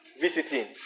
visiting